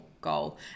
goal